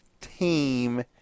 team